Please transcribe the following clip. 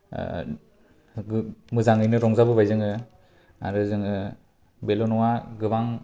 मोजाङैनो रंजाबोबाय जोङो आरो जोङो बेल' नङा गोबां